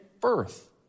birth